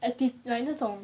active like 那种